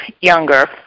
younger